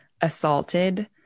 assaulted